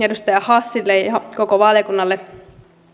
edustaja hassille ja koko valiokunnalle